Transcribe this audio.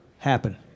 happen